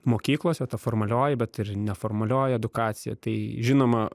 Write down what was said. mokyklose ta formalioji bet ir neformalioji edukacija tai žinoma